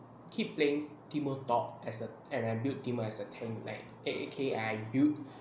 keep playing teemo top as a and I build timbre as a tent like okay I build